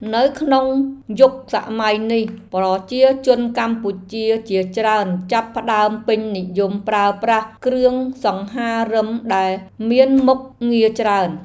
នៅក្នុងយុគសម័យនេះប្រជាជនកម្ពុជាជាច្រើនចាប់ផ្តើមពេញនិយមប្រើប្រាស់គ្រឿងសង្ហារិមដែលមានមុខងារច្រើន។